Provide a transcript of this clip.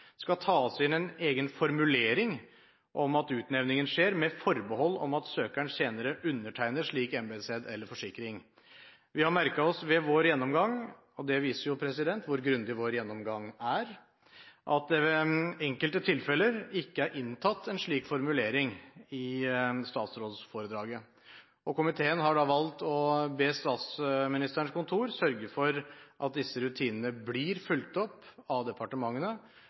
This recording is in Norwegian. skal tas inn en egen formulering om at utnevningen skjer med forbehold om at søkeren senere undertegner slik embetsed eller -forsikring. Vi har merket oss ved vår gjennomgang – og det viser hvor grundig vår gjennomgang er – at det i enkelte tilfeller ikke er tatt inn en slik formulering i statsrådsforedraget. Komiteen har valgt å be Statsministerens kontor sørge for at disse rutinene blir fulgt opp av departementene,